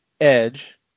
Edge